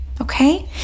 Okay